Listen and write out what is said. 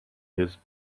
his